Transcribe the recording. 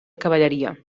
cavalleria